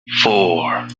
four